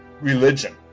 religion